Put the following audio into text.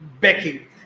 Becky